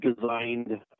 designed